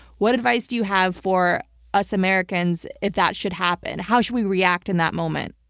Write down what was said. what advice do you have for us americans if that should happen? how should we react in that moment?